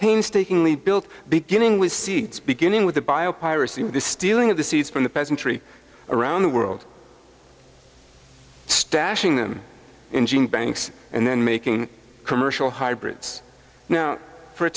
painstakingly built beginning with seeds beginning with the bio piracy the stealing of the seeds from the peasantry around the world stashing them in gene banks and then making commercial hybrids now for a